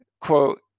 Quote